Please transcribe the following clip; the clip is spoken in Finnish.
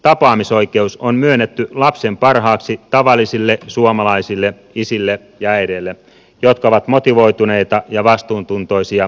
tapaamisoikeus on myönnetty lapsen parhaaksi tavallisille suomalaisille isille ja äideille jotka ovat motivoituneita ja vastuuntuntoisia kasvattajia